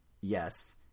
Yes